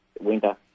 winter